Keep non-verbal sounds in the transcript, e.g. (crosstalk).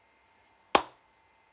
(noise)